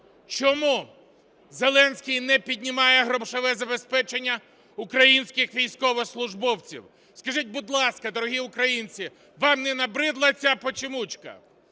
Чому Зеленський не піднімає грошове забезпечення українських військовослужбовців? Скажіть, будь ласка, дорогі українці, вам не набридла ця "почемучка"?